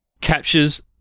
captures